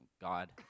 God